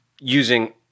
using